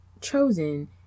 chosen